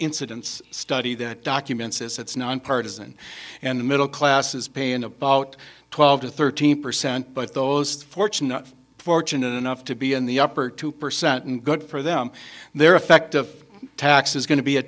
incidence study that document says it's nonpartisan and the middle class is paying about twelve to thirteen percent but those fortunate fortunate enough to be in the upper two percent and good for them their effective tax is going to be a